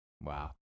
Wow